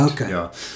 Okay